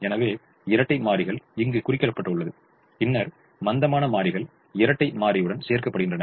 எனவே இரட்டை மாறிகள் இங்கு குறிக்கப்பட்டுள்ளது பின்னர் மந்தமான மாறிகள் இரட்டை மாறியுடன் சேர்க்கப்படுகின்றன